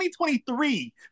2023